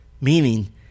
meaning